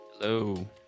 Hello